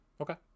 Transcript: Okay